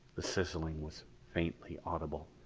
the sizzling was faintly audible.